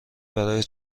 برای